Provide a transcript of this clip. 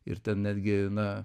ir ten netgi na